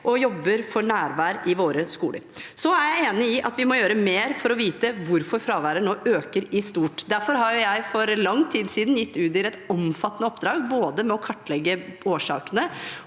og jobber for nærvær i våre skoler. Jeg er enig i at vi må gjøre mer for å vite hvorfor fraværet nå øker i stort. Derfor har jeg for lang tid siden gitt Udir et omfattende oppdrag med både å kartlegge årsakene